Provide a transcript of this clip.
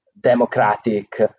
Democratic